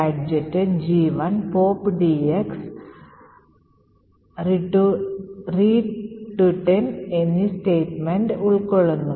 gadget G1 pop edx retutn എന്നീ statements ഉൾക്കൊള്ളുന്നു